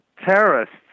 terrorists